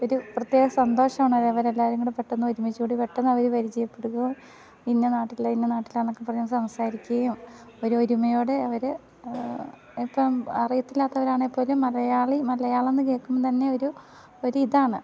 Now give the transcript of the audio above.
ഒരു പ്രത്യേക സന്തോഷമാണ് അത് അവരെല്ലാവരും കൂടി പെട്ടെന്ന് ഒരുമിച്ച് കൂടി പെട്ടെന്ന് അവർ പരിചയപ്പെടുകയും ഇന്ന നാട്ടിൽ ഇന്ന നാട്ടിലാണെന്നൊക്കെ പറയുക സംസാരിക്കുകയും ഒരു ഒരുമയോടെ അവർ ഇപ്പം അറിയത്തില്ലാത്തവരാണെങ്കിൽ പോലും മലയാളി മലയാളമെന്നു കേൾക്കുമ്പോൾ തന്നെ ഒരു ഒരിതാണ്